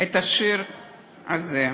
את השיר הזה: